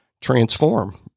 transform